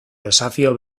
desafio